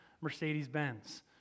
Mercedes-Benz